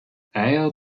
eier